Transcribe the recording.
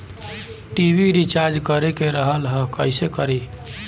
TV recharge करे के रहल ह कइसे करी?